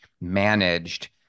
managed